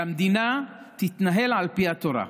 שהמדינה תתנהל על פי התורה.